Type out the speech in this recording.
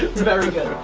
very good.